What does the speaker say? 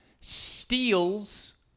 steals